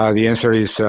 um the answer is, so